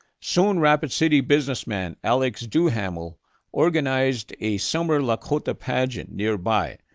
soon, rapid city businessman alex duhamel organized a summertime lakota pageant nearby,